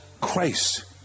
Christ